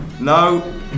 No